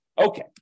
Okay